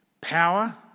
Power